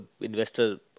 investors